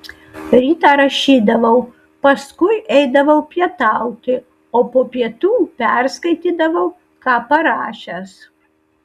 rytą rašydavau paskui eidavau pietauti o po pietų perskaitydavau ką parašęs